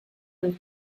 and